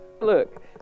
look